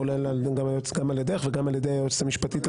כולל גם על ידך וגם על ידי היועצת המשפטית של